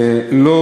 מסכים לחלוטין,